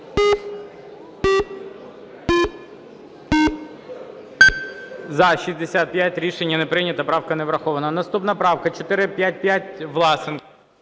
За-65 Рішення не прийнято. Правка не врахована. Наступна правка 455, Власенко.